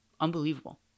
unbelievable